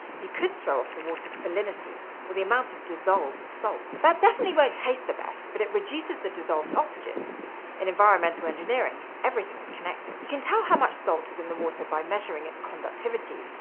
you could throw off the water's salinity, or the amount of dissolved salt. that definitely won't taste the best, but it reduces the dissolved oxygen in environmental engineering, everything is connected. you can tell how much salt is in the water by measuring its conductivity,